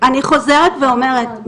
אני חוזרת ואומרת,